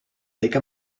take